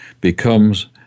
becomes